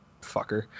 fucker